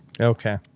Okay